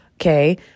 Okay